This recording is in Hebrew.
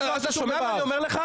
אבל אתה שומע מה אני אומר לך?